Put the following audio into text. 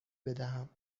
بدهم